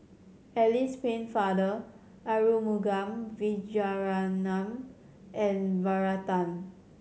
Alice Pennefather Arumugam Vijiaratnam and Varathan